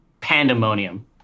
Pandemonium